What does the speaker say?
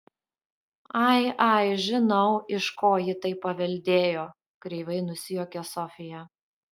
ai ai žinau iš ko ji tai paveldėjo kreivai nusijuokė sofija